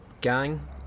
Gang